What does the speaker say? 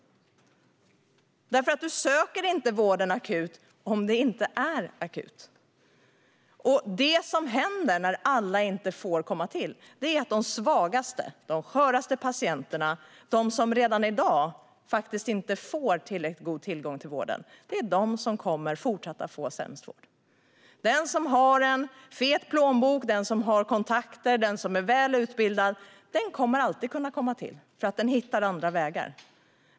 Du söker inte vård akut om det inte är akut, och det som händer när alla inte får komma till vård är att de svagaste patienterna - de sköraste, de som redan i dag inte får tillräckligt god tillgång till vården - är de som även i fortsättningen kommer att få sämst vård. Den som har en fet plånbok och kontakter och är välutbildad kommer alltid att kunna komma till vård, för den hittar andra vägar.